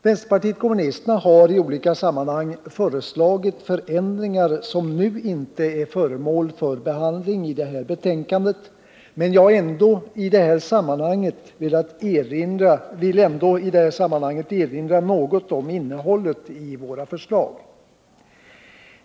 Vänsterpartiet kommunisterna har i olika sammanhang föreslagit förändringar som inte är föremål för behandling i detta betänkande, men jag vill ändå erinra något om innehållet i våra förslag.